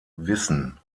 wissen